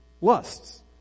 lusts